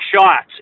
shots